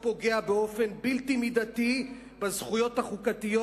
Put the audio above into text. פוגע באופן בלתי מידתי בזכויות החוקתיות,